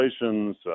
relations